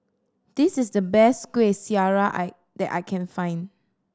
this is the best Kueh Syara I that I can find